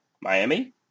Miami